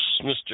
Mr